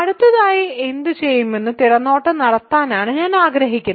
അടുത്തതായി എന്തുചെയ്യുമെന്ന് തിരനോട്ടം നടത്താനാണ് ഞാൻ ആഗ്രഹിക്കുന്നത്